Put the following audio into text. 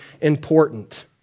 important